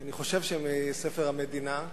אני חושב שמהספר "המדינה",